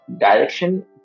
Direction